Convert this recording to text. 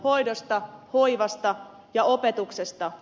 hoidosta hoivasta ja opetuksesta